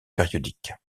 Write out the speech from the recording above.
périodique